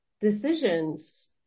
decisions